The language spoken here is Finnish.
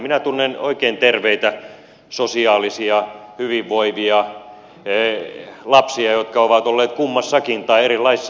minä tunnen oikein terveitä sosiaalisia hyvinvoivia lapsia jotka ovat olleet kummassakin tai erilaisissa päivähoitomalleissa